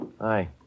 Hi